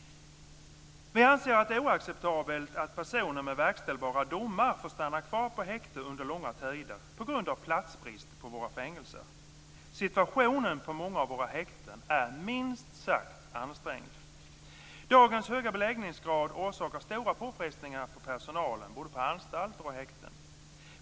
Vi anser att det är oacceptabelt att personer med verkställbara domar får stanna kvar på häkten under långa tider på grund av platsbrist på våra fängelser. Situationen på många av våra häkten är minst sagt ansträngd. Dagens höga beläggningsgrad orsakar stora påfrestningar på personalen både på anstalter och på häkten.